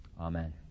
amen